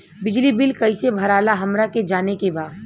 बिजली बिल कईसे भराला हमरा के जाने के बा?